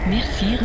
Merci